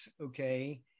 Okay